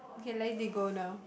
can lady go now